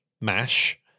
mash